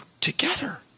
together